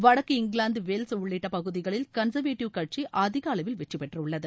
வடக்கு England Wales உள்ளிட்டப் பகுதிகளில் கன்சர்வேட்டிவ் கட்சி அதிக அளவில் வெற்றிபெற்றுள்ளது